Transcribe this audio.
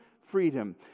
freedom